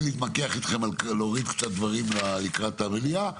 להתמקח איתכם על להוריד קצת דברים לקראת המליאה,